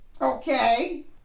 Okay